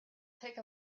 take